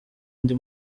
ndi